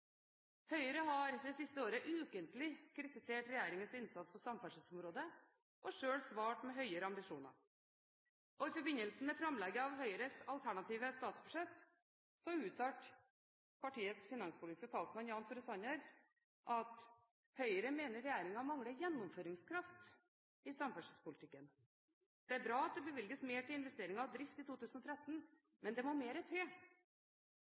Høyre har det siste året ukentlig kritisert regjeringens innsats på samferdselsområdet og selv svart med høyere ambisjoner. I forbindelse med framlegget av Høyres alternative statsbudsjett uttalte partiets finanspolitiske talsmann, Jan Tore Sanner: «Høyre mener at regjeringen mangler gjennomføringskraft i samferdselspolitikken. Det er bra at det bevilges mer til investeringer og drift i 2013, men det må mere til.»